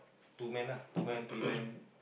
two man ah two man three man